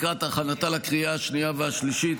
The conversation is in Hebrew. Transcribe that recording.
לקראת הכנתה לקריאה השנייה והשלישית,